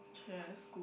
[chey] at school